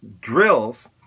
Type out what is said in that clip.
drills